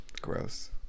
Gross